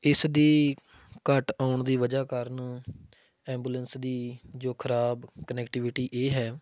ਇਸ ਦੀ ਘੱਟ ਆਉਣ ਦੀ ਵਜਹਾ ਕਾਰਨ ਐਂਬੂਲੈਂਸ ਦੀ ਜੋ ਖ਼ਰਾਬ ਕਨੈਕਟੀਵਿਟੀ ਇਹ ਹੈ